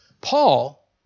Paul